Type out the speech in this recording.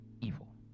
evil